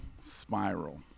spiral